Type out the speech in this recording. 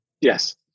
Yes